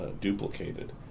duplicated